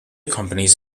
companies